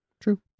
True